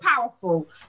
powerful